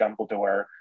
Dumbledore